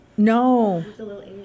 No